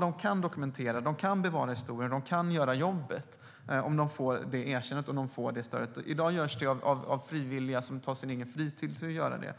de kan dokumentera, de kan bevara historien och de kan göra jobbet om de får erkännandet och stödet. I dag görs detta av frivilliga som tar sin egen fritid till detta.